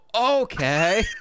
okay